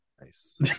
Nice